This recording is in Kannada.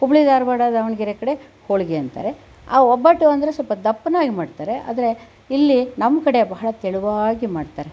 ಹುಬ್ಬಳ್ಳಿ ಧಾರವಾಡ ದಾವಣಗೆರೆ ಕಡೆ ಹೋಳಿಗೆ ಅಂತಾರೆ ಆ ಒಬ್ಬಟ್ಟು ಅಂದರೆ ಸ್ವಲ್ಪ ದಪ್ಪನಾಗಿ ಮಾಡುತ್ತಾರೆ ಆದರೆ ಇಲ್ಲಿ ನಮ್ಮ ಕಡೆ ಬಹಳ ತೆಳುವಾಗಿ ಮಾಡುತ್ತಾರೆ